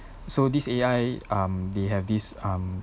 so this A_I um they have this um